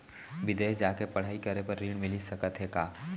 बिदेस जाके पढ़ई करे बर ऋण मिलिस सकत हे का?